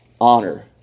honor